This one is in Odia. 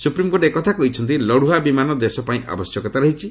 ସୁପ୍ରିକୋର୍ଟ କହିଛନ୍ତି ଲଢ଼ୁଆ ବିମାନ ଦେଶ ପାଇଁ ଆବଶ୍ୟକତା ରହିଛି